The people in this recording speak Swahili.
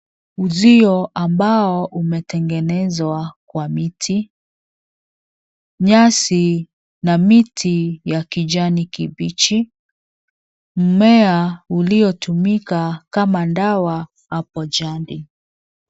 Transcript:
Uzio ambao umetengenezwa kwa miti. Nyasi na miti ya kijani kibichi. Mmea uliotumika kama dawa hapo jadi.